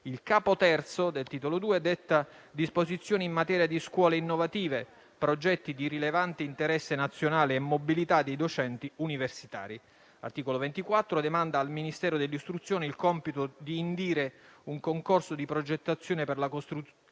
Il Capo III, del Titolo II, detta disposizioni in materia di scuole innovative, progetti di rilevante interesse nazionale e mobilità dei docenti universitari. L'articolo 24 demanda al Ministero dell'istruzione il compito di indire un concorso di progettazione per la costruzione